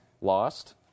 Lost